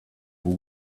who